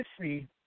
see